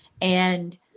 And-